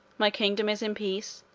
my kingdom is in peace,